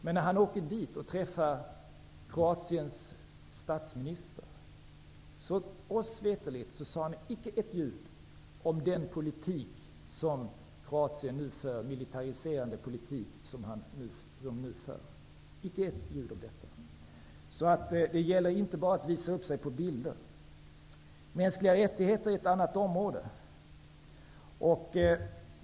Men när statsministern åkte dit och träffade Kroatiens statsminister, sade han, oss veterligt, inte ett ljud om den politik som Kroatien nu för, en militariserande politik. Det gäller alltså att inte bara visa upp sig på bilder. Mänskliga rättigheter är ett annat område.